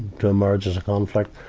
to emerge as a conflict.